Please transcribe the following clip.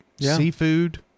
seafood